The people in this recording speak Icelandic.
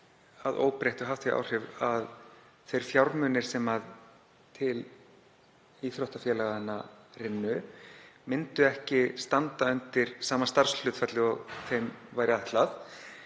að óbreyttu haft þau áhrif að þeir fjármunir sem til íþróttafélaganna rynnu stæðu ekki undir sama starfshlutfalli og þeim væri ætlað.